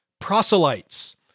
proselytes